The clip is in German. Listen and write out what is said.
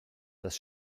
das